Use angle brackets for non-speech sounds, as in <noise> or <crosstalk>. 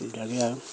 <unintelligible>